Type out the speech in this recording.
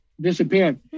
disappeared